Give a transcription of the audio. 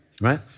right